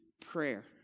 prayer